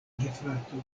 gefratoj